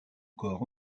corps